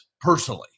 personally